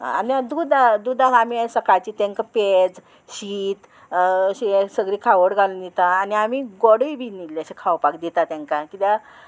आनी दूद दुदाक आमी सकाळची तेंका पेज शीत अशें सगळी खावड घालून दिता आनी आमी गोडूय बीन इल्लेंशें खावपाक दिता तेंकां किद्याक